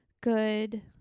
good